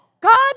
God